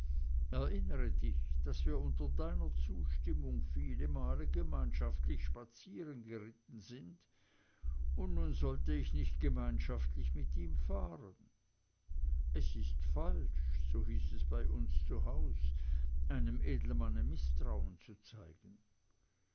erinnere dich daß wir unter deiner zustimmung viele male gemeinschaftlich spazierengeritten sind und nun sollte ich nicht gemeinschaftlich mit ihm fahren es ist falsch so hieß es bei uns zu haus einem edelmanne mißtrauen zu zeigen